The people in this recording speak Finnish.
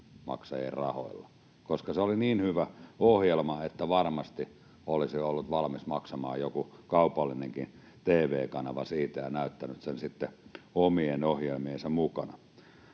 koska se oli niin hyvä ohjelma, että varmasti olisi joku kaupallinenkin tv-kanava ollut valmis maksamaan siitä ja näyttänyt sen sitten omien ohjelmiensa mukana.